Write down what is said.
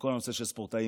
בכל נושא הספורטאים.